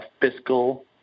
Fiscal